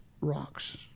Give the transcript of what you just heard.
rocks